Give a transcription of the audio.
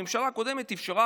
הממשלה הקודמת אפשרה,